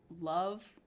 love